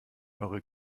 eure